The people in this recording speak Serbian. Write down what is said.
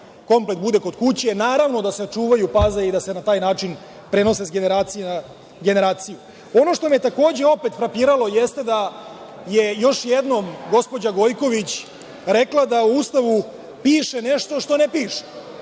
komplet bude kod kuće, naravno, da se čuvaju, paze i da se na taj način prenose sa generacije na generaciju. Ono što me je opet frapiralo jeste da je još jednom gospođa Gojković rekla da u Ustavu piše nešto što ne piše.